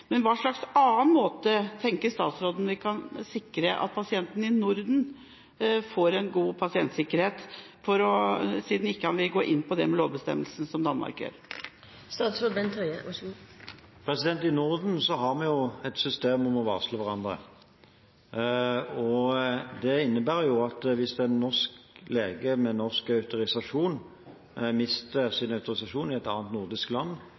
Men på hvilken annen måte tenker statsråden vi kan sikre at pasientene i Norden får en god pasientsikkerhet, siden han ikke vil gå inn på denne lovbestemmelsen, slik Danmark gjør? I Norden har vi jo et system for å varsle hverandre. Det innebærer at hvis en norsk lege med norsk autorisasjon mister sin autorisasjon i et annet nordisk land,